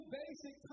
basic